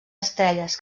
estrelles